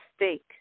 mistake